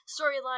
storyline